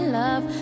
love